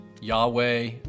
Yahweh